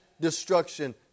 destruction